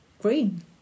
Green